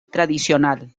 tradicional